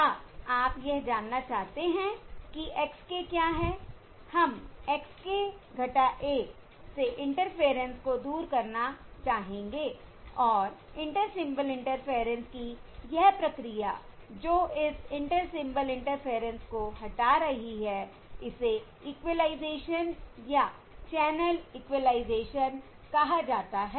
क्या आप यह जानना चाहते हैं कि x k क्या है हम x k 1 से इंटरफेयरेंस को दूर करना चाहेंगे और इंटर सिंबल इंटरफेयरेंस की यह प्रक्रिया जो इस इंटर सिंबल इंटरफेयरेंस को हटा रही है इसे इक्वलाइजेशन या चैनल इक्वलाइजेशन कहा जाता है